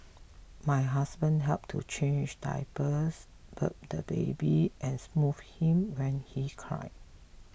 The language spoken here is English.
my husband helped to change diapers burp the baby and soothe him when he cried